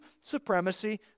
supremacy